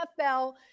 NFL